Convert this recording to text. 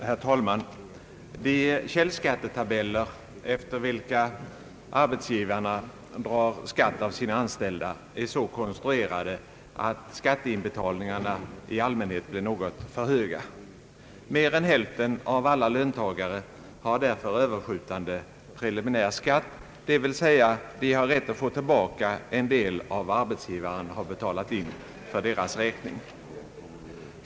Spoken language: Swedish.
Herr talman! De källskattetabeller efter vilka arbetsgivarna drar skatt för sina anställda är så konstruerade att skatteinbetalningarna i allmänhet blir något för höga. Mer än hälften av alla löntagare har därför överskjutande preliminär skatt, dvs. de har rätt att få tillbaka en del av vad arbetsgivaren har betalat in för deras räkning.